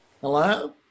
Hello